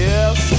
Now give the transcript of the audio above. Yes